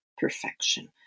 perfection